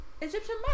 Egyptian